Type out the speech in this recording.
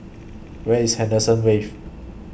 Where IS Henderson Wave